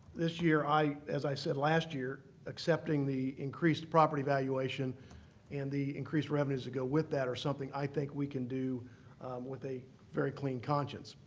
this year i, as i said last year, accepting the increased property valuation and the increased revenues that go with that are something i think we can do with a very clean conscience.